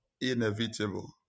inevitable